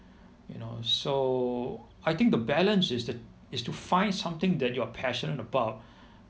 you know so I think the balance is the is to find something that you are passionate about